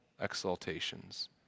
exaltations